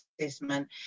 assessment